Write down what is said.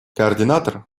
координатор